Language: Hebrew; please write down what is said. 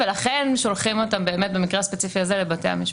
לכן שולחים אותם במקרה הספציפי הזה לבתי המשפט.